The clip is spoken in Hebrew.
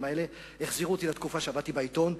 האלה החזירו אותי לתקופה שעבדתי בעיתון,